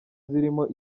zirimo